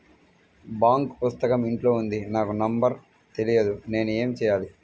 Bank పుస్తకం ఇంట్లో ఉంది నాకు నంబర్ తెలియదు నేను ఏమి చెయ్యాలి?